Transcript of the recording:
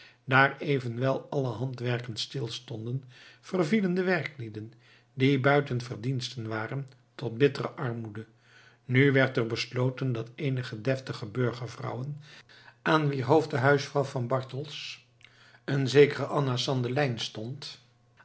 daar evenwel alle handwerken stilstonden vervielen de werklieden die buiten verdiensten waren tot bittere armoede nu werd er besloten dat eenige deftige burgervrouwen aan wier hoofd de huisvrouw van bartels eene zekere anna sandelyns stond